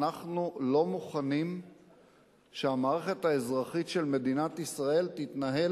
אנחנו לא מוכנים שהמערכת האזרחית של מדינת ישראל תתנהל